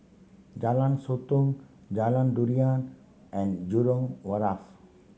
Jalan Sotong Jalan Durian and Jurong Wharf